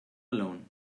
alone